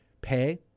Pay